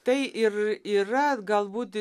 tai ir yra galbūt